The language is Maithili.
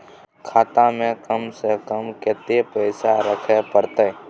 खाता में कम से कम कत्ते पैसा रखे परतै?